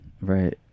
right